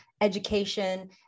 education